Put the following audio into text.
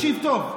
תקשיב טוב.